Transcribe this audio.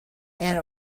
and